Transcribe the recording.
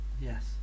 Yes